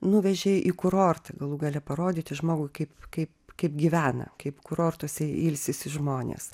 nuvežė į kurortą galų gale parodyti žmogui kaip kaip kaip gyvena kaip kurortuose ilsisi žmonės